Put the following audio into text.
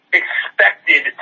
expected